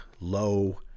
low